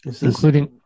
including